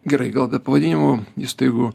gerai gal be pavadinimų įstaigų